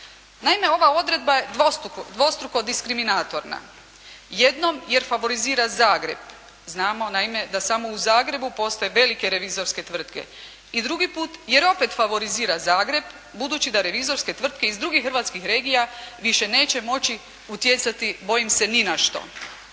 Naime, ova odredba je dvostruko diskriminatorna. Jednom jer favorizira Zagreb, znamo naime da samo u Zagrebu postoje velike revizorske tvrtke i drugo put jer opet favorizira Zagreb budući da revizorske tvrtke iz drugih hrvatskih regija više neće moći utjecati, bojim se ni na što.